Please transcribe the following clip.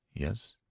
yes,